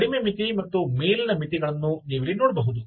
ಕಡಿಮೆ ಮಿತಿ ಮತ್ತು ಮೇಲಿನ ಮಿತಿಗಳನ್ನು ನೀವಿಲ್ಲಿ ನೋಡಬಹುದು